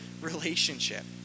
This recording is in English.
relationship